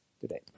today